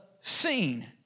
seen